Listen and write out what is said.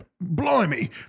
blimey